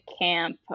camp